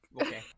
Okay